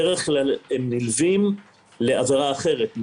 בדרך כלל הם נלווים לעבירה אחרת.